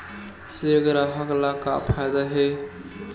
से ग्राहक ला का फ़ायदा हे?